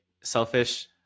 selfish